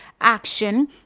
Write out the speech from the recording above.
action